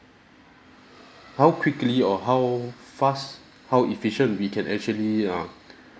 how quickly or how fast how efficient we can actually uh